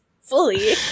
fully